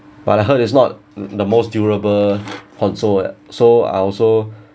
but I heard it's not the most durable console eh so I also